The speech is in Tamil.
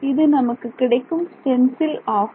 இது நமக்கு கிடைக்கும் ஸ்டென்சில் ஆகும்